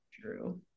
True